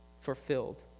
fulfilled